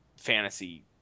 fantasy